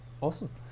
awesome